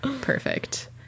perfect